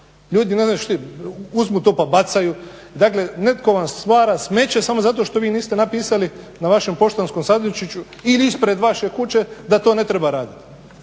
ljudi uzmu to pa bacaju. Dakle, netko vam stvara smeće samo zato što vi niste napisali na vašem poštanskom sandučiću ili ispred vaše kuće da to ne treba raditi.